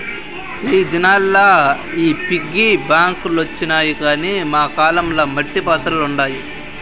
ఈ దినాల్ల ఈ పిగ్గీ బాంక్ లొచ్చినాయి గానీ మా కాలం ల మట్టి పాత్రలుండాయి